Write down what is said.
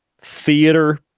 theater